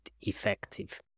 effective